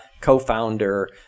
co-founder